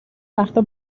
وقتها